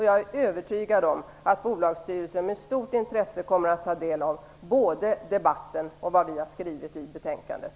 Jag är övertygad om att bolagsstyrelsen med stort intresse både kommer att ta del av debatten och vad vi har skrivit i betänkandet.